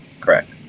Correct